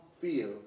feel